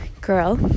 girl